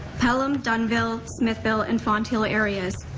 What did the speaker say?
pelham, dunnville, smithville, and fonthill areas.